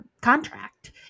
Contract